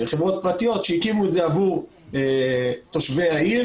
חברות פרטיות שהקימו את זה עבור תושבי העיר